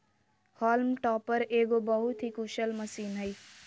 haulm टॉपर एगो बहुत ही कुशल मशीन हइ